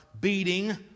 beating